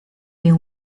been